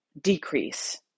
decrease